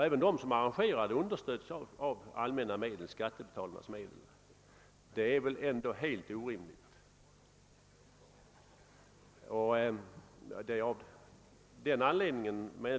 även de som arrangerar boxningen understödes i detta senare fall av skattebetalarnas medel. Det är väl ändå helt orimligt.